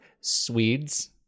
Swedes